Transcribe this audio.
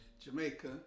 Jamaica